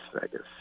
Vegas